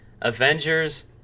avengers